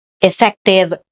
effective